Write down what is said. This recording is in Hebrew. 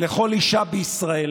ולכל אישה בישראל,